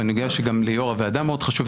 ואני יודע שגם ליו"ר הוועדה זה מאוד חשוב,